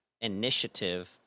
initiative